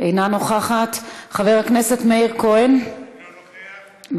אינה נוכחת, חבר הכנסת מאיר כהן, בבקשה,